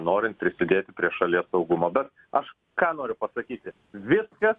norint prisidėti prie šalies saugumo bet aš ką noriu pasakyti viskas